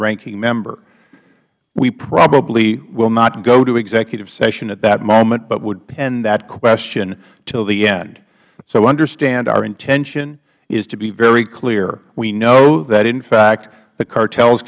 ranking member we probably will not go to executive session at that moment but would pend that question until the end so understand our intention is to be very clear we know that in fact the cartels